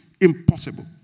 Impossible